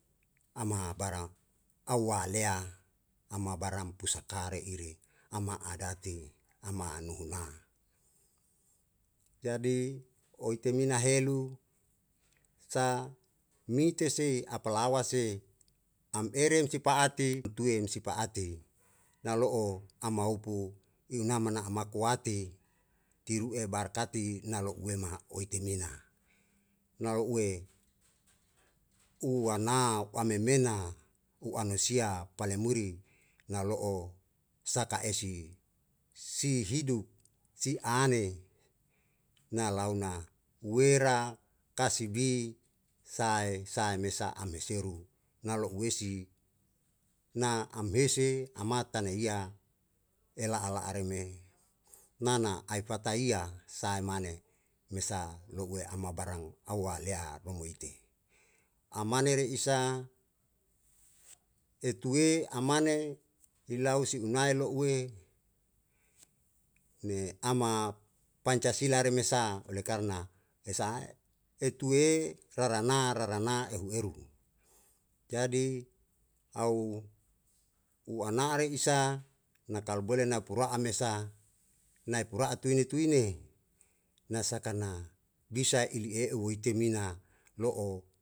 Ama'a barang au ale'a ama barang pusaka re ire ama adati ama' nuhuna jadi oetemina helu sa mite sei apalawa se am erem sipa'ati mtue im sipaati na lo'o amaupu na mana' ama kuati tiru'e barkati na lo'ue maha oetemina, na o ue u wana a memena u an sia palemuri na lo'o saka esi si hidup si ane na lau na wera kasibi sae sae me sa'a meseru na lo'eu si na am huese ama taneia e la'a la'a reu me nana aipataia sae mane mesa lo'ue ama barang au a lea ummuite amane re isa e tue amane i lau si unae lo'ue ne ama pancasila re mesa oleh karna e sa'ae e tue rarana rarana ehu eru jadi au u ana' re isa na kalu bole na u pura'a mesa na e pura'a tuine tuine na saka na bisa ili e'u oetemina lo'o.